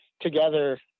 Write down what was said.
together